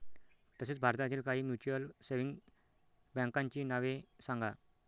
तसेच भारतातील काही म्युच्युअल सेव्हिंग बँकांची नावे सांगा